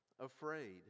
afraid